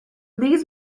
these